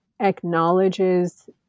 acknowledges